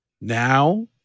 Now